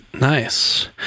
nice